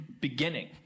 beginning